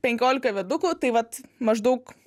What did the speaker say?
penkiolika viadukų tai vat maždaug